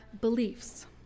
beliefs